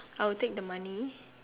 I'll take the money